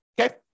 Okay